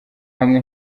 hamwe